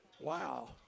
Wow